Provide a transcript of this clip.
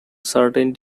certain